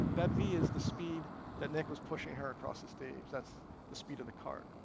that v is the speed that nick was pushing her across the stage, that's the speed of the cart,